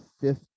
fifth